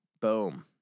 Boom